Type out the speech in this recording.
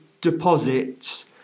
deposits